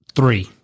Three